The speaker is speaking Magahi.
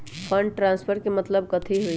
फंड ट्रांसफर के मतलब कथी होई?